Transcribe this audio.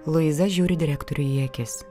luiza žiūri direktoriui į akis